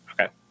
Okay